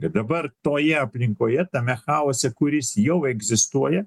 ir dabar toje aplinkoje tame chaose kuris jau egzistuoja